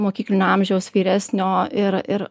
mokyklinio amžiaus vyresnio ir ir